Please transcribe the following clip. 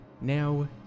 Now